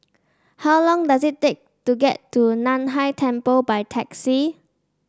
how long does it take to get to Nan Hai Temple by taxi